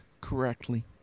correctly